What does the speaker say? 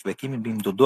והקים עם דודו,